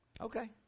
okay